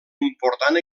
important